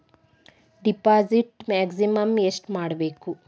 Deposit maximum ಎಷ್ಟು ಮಾಡಬೇಕು?